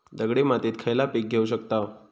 दगडी मातीत खयला पीक घेव शकताव?